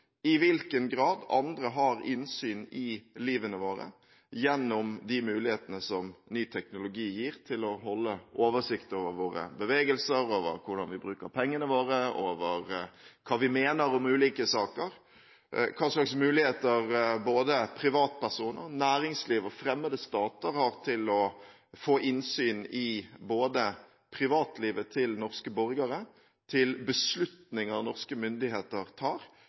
i hvilken grad andre har innsyn i livene våre gjennom de mulighetene ny teknologi gir til å holde oversikt over våre bevegelser, hvordan vi bruker pengene våre, hva vi mener om ulike saker – hva slags muligheter privatpersoner, næringslivet og fremmede stater har til å få innsyn i privatlivet til norske borgere, til beslutninger norske myndigheter tar